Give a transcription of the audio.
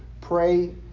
pray